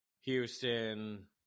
Houston